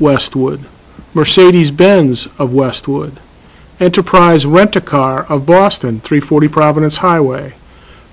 westwood mercedes benz of westwood enterprise rent a car of boston three forty providence highway